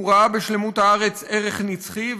הוא ראה בשלמות הארץ ערך נצחי,